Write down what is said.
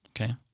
Okay